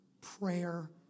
prayer